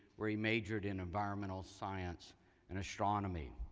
where he majored in environmental science and astronomy.